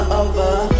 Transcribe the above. over